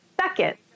second